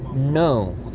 no.